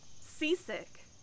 seasick